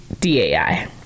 DAI